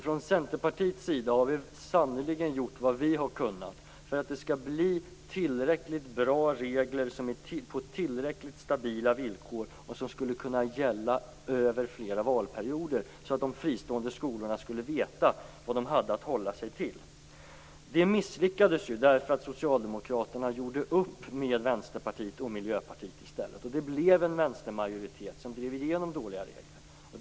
Från Centerpartiets sida har vi sannerligen gjort vad vi har kunnat för att det skulle bli tillräckligt bra regler med tillräckligt stabila villkor som skulle kunna gälla över flera valperioder, så att man vid de fristående skolorna skulle veta vad man hade att hålla sig till. Det misslyckades ju därför att Socialdemokraterna gjorde upp med Vänsterpartiet och Miljöpartiet i stället. Det blev en Vänstermajoritet som drev igenom dåliga regler.